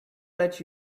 let